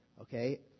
okay